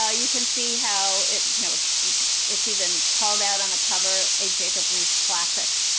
ah you can see how it's you know it's it's even called out on the cover, a jacob riis classic.